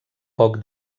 poc